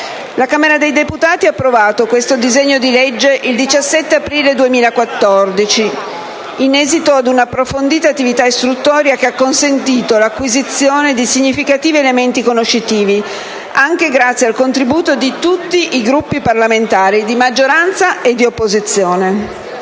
La Camera dei deputati ha approvato il disegno di legge in esame il 17 aprile 2014, in esito ad un'approfondita attività istruttoria, che ha consentito l'acquisizione di significativi elementi conoscitivi, anche grazie al contributo di tutti i Gruppi parlamentari, di maggioranza e di opposizione.